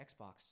Xbox